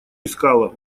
искала